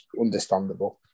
understandable